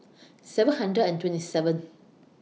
seven hundred and twenty seven